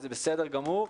וזה בסדר גמור,